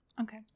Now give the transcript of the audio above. Okay